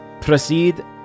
proceed